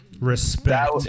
respect